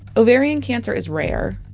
ovarian cancer is rare,